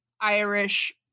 irish